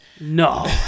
No